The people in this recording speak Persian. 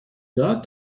داد